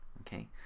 Okay